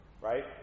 right